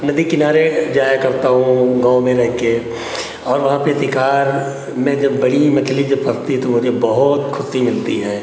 नदी के किनारे जाया करता हूँ गाँव में रहकर और वहाँ पर शिकार में जब बड़ी मछली जब फँसती है तो मुझे बहुत ख़ुसी मिलती है